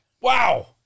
Wow